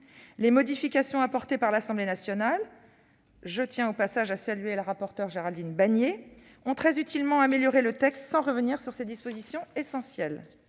Les modifications apportées par l'Assemblée nationale- je salue la rapporteure Géraldine Bannier -ont très utilement amélioré le texte sans revenir sur ses dispositions essentielles.